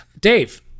Dave